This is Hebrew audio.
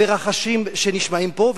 ורחשים שנשמעים פה.